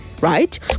right